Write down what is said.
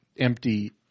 empty